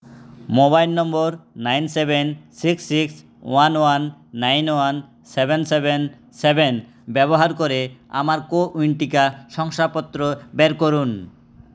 mobile number nine seven six six one one nine one seven seven seven ব্যবহার করে আমার CoWIN টিকা শংসাপত্র বের করুন